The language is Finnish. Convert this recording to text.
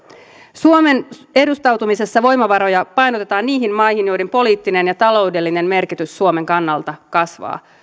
suomen edustautumisessa voimavaroja painotetaan niihin maihin joiden poliittinen ja taloudellinen merkitys suomen kannalta kasvaa